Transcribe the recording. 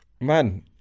Man